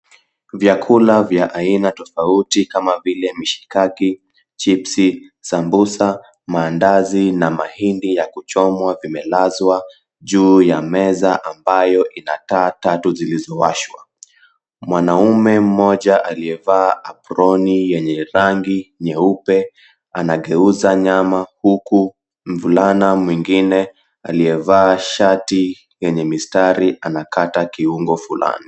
Vyakula vya aina tofauti kama vile mihikaki, chipsi, sambusa, maandazi na mahindi ya kuchomwa vimelazwa juu ya meza ambayo inataa tatu zilizowashwa. Mwanaume mmoja aliyevaa aproni yenye rangi nyeupe anageuza nyama huku mvulana mwingine aliyevaa shati yenye mistari anakata kiungo fulani.